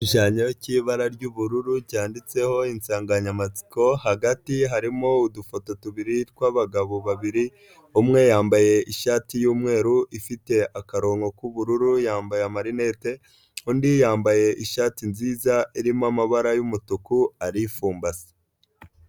Igishushanyo cy'ibara ry'ubururu cyanditseho insanganyamatsiko, hagati harimo udufoto tubiri tw'abagabo babiri, umwe yambaye ishati y'umweru ifite akarongo k'ubururu, yambaye amarinete, undi yambaye ishati nziza irimo amabara y'umutuku ari fumbase.